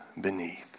beneath